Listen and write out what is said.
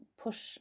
push